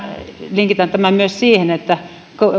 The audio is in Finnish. linkitän tämän myös siihen että